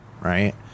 Right